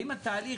האם התהליך,